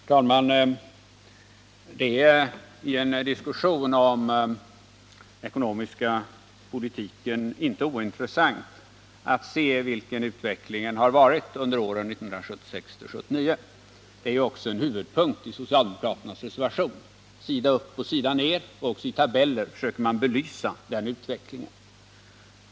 Herr talman! Det är i en diskussion om den ekonomiska politiken inte ointressant att se hur utvecklingen har varit under åren 1976-1979. Det är ju också en huvudpunkt i socialdemokraternas reservation. Sida upp och sida ner och även i tabeller försöker man belysa den utvecklingen.